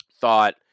thought